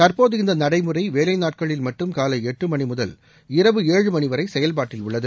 தற்போது இந்த நடைமுறை வேலை நாட்களில் மட்டும் காலை எட்டு மணி முதல் இரவு ஏழு மணி வரை செயல்பாட்டில் உள்ளது